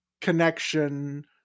connection